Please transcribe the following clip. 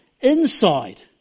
inside